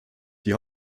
die